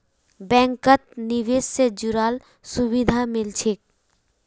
बैंकत निवेश से जुराल सुभिधा मिल छेक